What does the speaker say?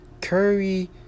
Curry